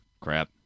Crap